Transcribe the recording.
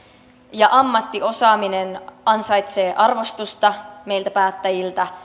ja ammattiosaaminen ansaitsevat arvostusta meiltä päättäjiltä